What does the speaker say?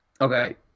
Okay